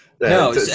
No